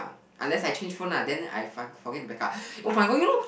unless I change phone lah then I find forget to back up oh-my-god you know